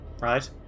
right